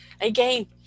Again